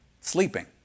sleeping